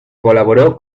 colaboró